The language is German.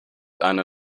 eine